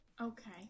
Okay